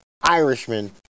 Irishman